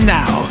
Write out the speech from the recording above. now